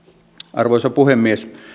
arvoisa puhemies